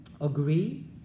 agree